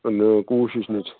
نَہ کوٗشِش نٔے چھِ